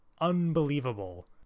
unbelievable